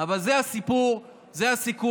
אבל זה הסיפור, זה הסיכום.